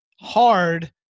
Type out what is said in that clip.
hard –